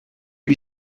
lui